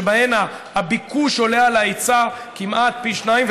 שבה הביקוש עולה על ההיצע כמעט פי שניים,